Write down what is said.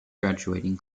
graduating